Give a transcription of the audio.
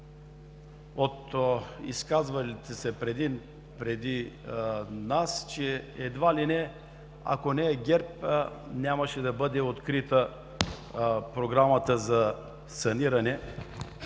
от изказалите се преди нас, че едва ли не, ако не е ГЕРБ, нямаше да бъде открита Програмата за саниране